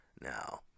Now